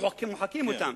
מוחקים אותם.